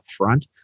upfront